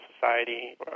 Society